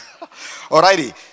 Alrighty